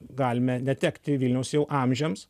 galime netekti vilniaus jau amžiams